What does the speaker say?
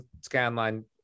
Scanline